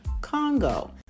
Congo